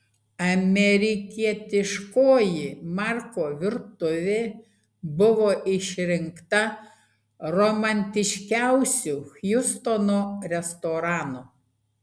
amerikietiškoji marko virtuvė buvo išrinkta romantiškiausiu hjustono restoranu